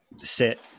sit